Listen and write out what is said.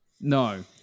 No